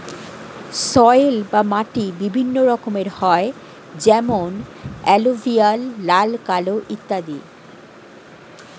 soil বা মাটি বিভিন্ন রকমের হয় যেমন এলুভিয়াল, লাল, কালো ইত্যাদি